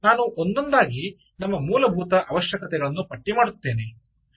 ನಾನು ಒಂದೊಂದಾಗಿ ನಮ್ಮ ಮೂಲಭೂತ ಅವಶ್ಯಕತೆಗಳನ್ನು ಪಟ್ಟಿ ಮಾಡುತ್ತೇನೆ